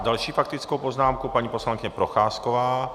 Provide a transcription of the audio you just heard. Další faktickou poznámku, paní poslankyně Procházková.